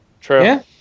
True